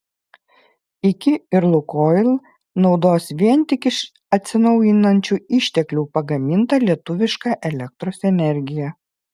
iki ir lukoil naudos vien tik iš atsinaujinančių išteklių pagamintą lietuvišką elektros energiją